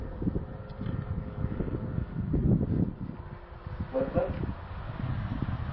मतलब